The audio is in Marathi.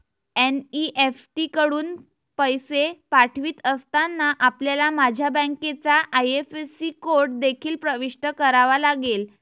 एन.ई.एफ.टी कडून पैसे पाठवित असताना, आपल्याला माझ्या बँकेचा आई.एफ.एस.सी कोड देखील प्रविष्ट करावा लागेल